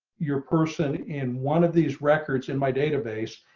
your person in one of these records in my database.